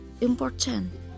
important